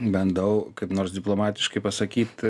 bandau kaip nors diplomatiškai pasakyt